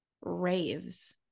raves